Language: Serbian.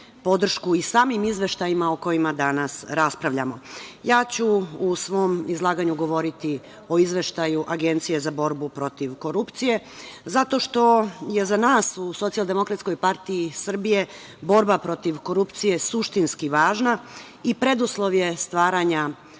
i samim izveštajima o kojima danas raspravljamo. Ja ću u svom izlaganju govoriti o Izveštaju Agencije za borbu protiv korupcije, zato što je za nas u Socijaldemokratskoj partiji Srbije borba protiv korupcije su suštinski važna i preduslov je stvaranja